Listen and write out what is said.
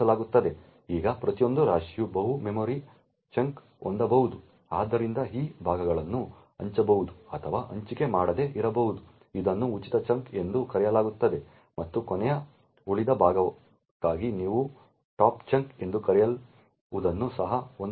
ಈಗ ಪ್ರತಿಯೊಂದು ರಾಶಿಯು ಬಹು ಮೆಮೊರಿ ಚಂಕ್ಗಳನ್ನು ಹೊಂದಬಹುದು ಆದ್ದರಿಂದ ಈ ಭಾಗಗಳನ್ನು ಹಂಚಬಹುದು ಅಥವಾ ಹಂಚಿಕೆ ಮಾಡದೇ ಇರಬಹುದು ಇದನ್ನು ಉಚಿತ ಚಂಕ್ ಎಂದೂ ಕರೆಯಲಾಗುತ್ತದೆ ಮತ್ತು ಕೊನೆಯ ಉಳಿದ ಭಾಗಕ್ಕಾಗಿ ನೀವು ಟಾಪ್ ಚಂಕ್ ಎಂದು ಕರೆಯಲ್ಪಡುವದನ್ನು ಸಹ ಹೊಂದಬಹುದು